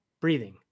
breathing